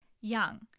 young